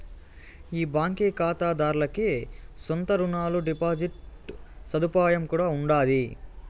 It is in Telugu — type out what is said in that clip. ఈ బాంకీ కాతాదార్లకి సొంత రునాలు, డిపాజిట్ సదుపాయం కూడా ఉండాది